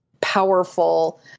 powerful